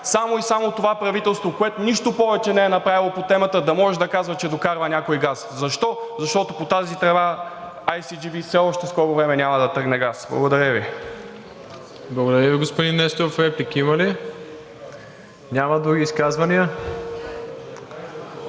само и само това правителство, което нищо повече не е направило по темата, да може да казва, че докарва някой газ. Защо? Защото по тази тръба IGB в скоро време няма да тръгне газ. Благодаря Ви. ПРЕДСЕДАТЕЛ МИРОСЛАВ ИВАНОВ: Благодаря Ви, господин Несторов. Реплики има ли? Няма. Други изказвания?